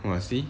ah see